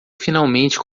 finalmente